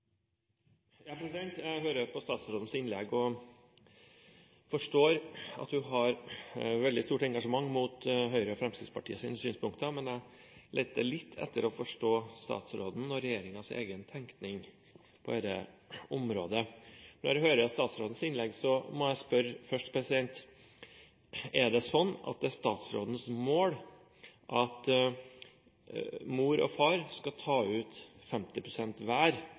Jeg hører på statsrådens innlegg og forstår at hun har et veldig stort engasjement mot Høyre og Fremskrittspartiets synspunkter, men jeg leter litt for å forstå statsrådens og regjeringens egen tenkning på dette området. Når jeg hører statsrådens innlegg, må jeg spørre først: Er det sånn at det er statsrådens mål at mor og far skal ta ut 50 pst. hver